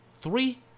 Three